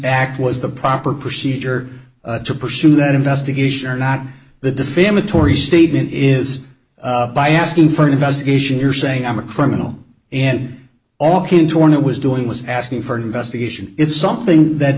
act was the proper procedure to pursue that investigation or not the defamatory statement is by asking for an investigation you're saying i'm a criminal and all came to one it was doing was asking for an investigation it's something that